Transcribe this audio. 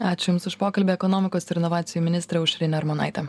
ačiū jums už pokalbį ekonomikos ir inovacijų ministrė aušrinė armonaitė